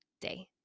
day